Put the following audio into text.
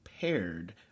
paired